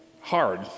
hard